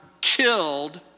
killed